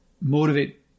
motivate